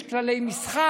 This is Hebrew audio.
יש כללי משחק,